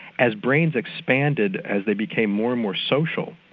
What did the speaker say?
as brains expanded, as they became more and more social,